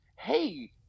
Hey